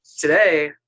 today